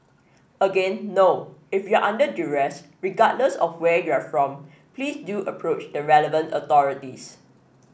again no if you are under duress regardless of where you are from please do approach the relevant authorities